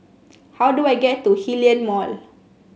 how do I get to Hillion Mall